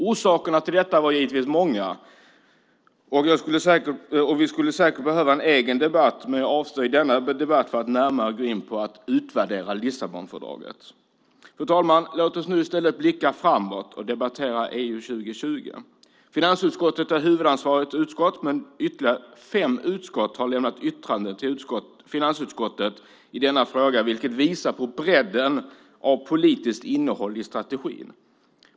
Orsakerna till det var många och skulle säkert behöva en egen debatt, men jag avstår från att i denna debatt närmare gå in på att utvärdera Lissabonfördraget. Fru talman! Låt oss nu blicka framåt och debattera EU 2020. Finansutskottet är huvudansvarigt men ytterligare fem utskott har lämnat yttranden till finansutskottet i denna fråga, vilket visar på bredden av politiskt innehåll i strategin.